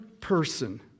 person